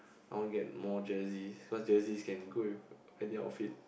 I want to get more jerseys because jersey can go with any outfit